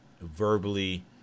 verbally –